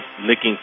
licking